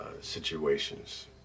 situations